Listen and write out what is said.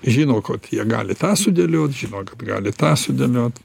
žino kad jie gali tą sudėliot žino kad gali tą sudėliot